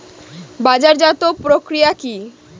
বাজারজাতও প্রক্রিয়া কি?